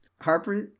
Harper